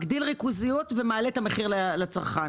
מגדיל ריכוזיות ומעלה את המחיר לצרכן.